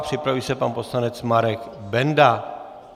Připraví se pan poslanec Marek Benda.